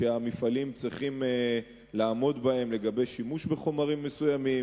שהמפעלים צריכים לעמוד בהם לגבי שימוש בחומרים מסוימים,